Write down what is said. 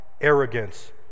arrogance